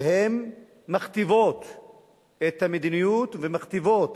והן מכתיבות את המדיניות ומכתיבות